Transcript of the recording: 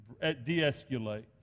de-escalate